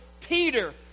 Peter